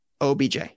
OBJ